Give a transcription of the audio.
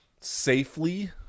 safely